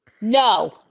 no